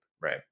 right